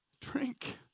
Drink